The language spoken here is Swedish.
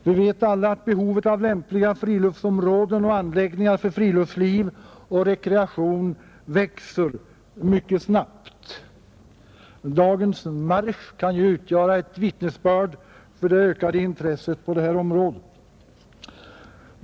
Vi vet alla att behovet av lämpliga friluftsområden och anläggningar för friluftsliv och rekreation växer mycket snabbt. Dagens marsch kan ju utgöra ett vittnesbörd om det ökade intresset på det här området.